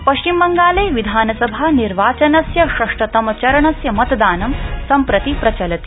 पश्चिमबंगाले विधानसभा निर्वाचनस्य षष्ठतम चरणस्य मतदानं सम्प्रति प्रचलति